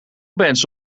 bands